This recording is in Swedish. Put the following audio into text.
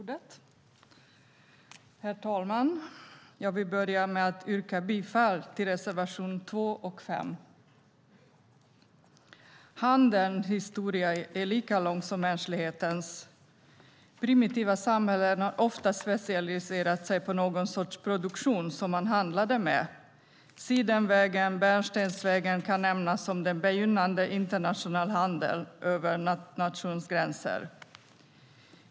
Herr talman! Jag vill börja med att yrka bifall till reservationerna 2 och 5. Handelns historia är lika lång som mänsklighetens. Primitiva samhällen hade ofta specialiserat sig på någon sorts produktion som man handlade med. Sidenvägen och Bärnstensvägen kan nämnas som den begynnande internationella handeln över nationsgränser.